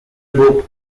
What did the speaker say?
book